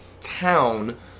town